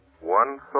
One